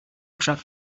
attract